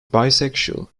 bisexual